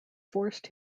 forced